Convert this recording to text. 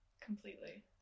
Completely